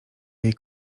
jej